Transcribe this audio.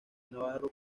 navarro